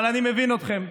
אבל אני מבין את זה.